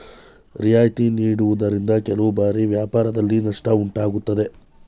ರಿಯಾಯಿತಿ ನೀಡುವುದರಿಂದ ಕೆಲವು ಬಾರಿ ವ್ಯಾಪಾರದಲ್ಲಿ ನಷ್ಟ ಉಂಟಾಗುತ್ತದೆ